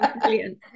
Brilliant